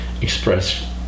express